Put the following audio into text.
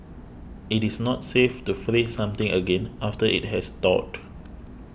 it is not safe to freeze something again after it has thawed